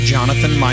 Jonathan